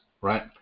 right